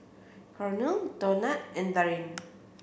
Cornel Donat and Darin